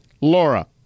Laura